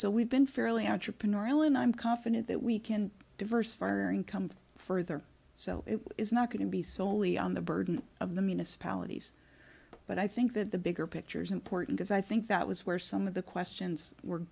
so we've been fairly entrepreneurial and i'm confident that we can diversify our income further so it is not going to be solely on the burden of the municipalities but i think that the bigger picture is important is i think that was where some of the questions were